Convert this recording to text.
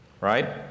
right